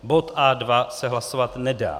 Bod A2 se hlasovat nedá.